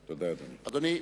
תודה, אדוני.